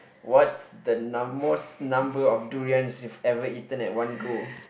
what's the most number of durians you've ever eaten at one go